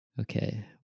Okay